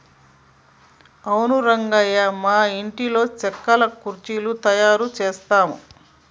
అవును రంగయ్య మా ఇంటిలో సెక్కల కుర్చీలు తయారు చేసాము